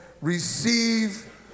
receive